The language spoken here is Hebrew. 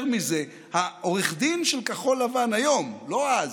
יותר מזה, העורך דין של כחול לבן, היום, לא אז,